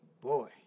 Boy